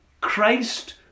Christ